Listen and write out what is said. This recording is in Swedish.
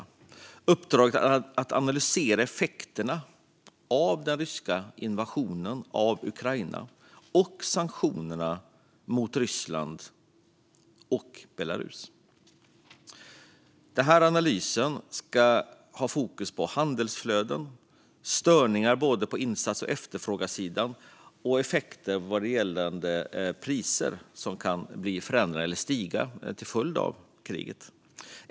I uppdraget ingår också att analysera effekterna av den ryska invasionen av Ukraina och sanktionerna mot Ryssland och Belarus. Analysen ska ha fokus på handelsflöden, störningar både på insats och efterfrågesidan och effekter gällande priser som kan stiga till följd av kriget.